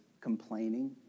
complaining